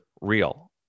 real